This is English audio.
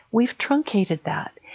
we've truncated that.